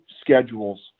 schedules